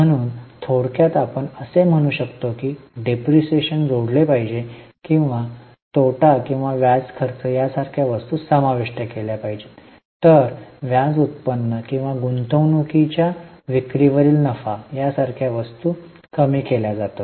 म्हणून थोडक्यात आपण असे म्हणू शकतो की डेप्रिसिएशन जोडल पाहिजे किंवा तोटा किंवा व्याज खर्च यासारख्या वस्तू समाविष्ट केल्या पाहिजेत तर व्याज उत्पन्न किंवा गुंतवणूकींच्या विक्रीवरील नफा यासारख्या वस्तू कमी केल्या जातात